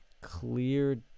clear